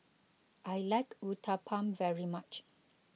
I like Uthapam very much